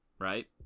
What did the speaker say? right